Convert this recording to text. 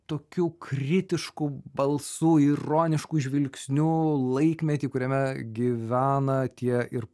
tokiu kritišku balsu ironišku žvilgsniu laikmetį kuriame gyvena tie ir